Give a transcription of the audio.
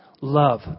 Love